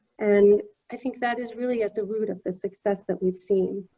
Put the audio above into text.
and i think that is really at the root of the success that we've seen.